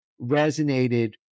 resonated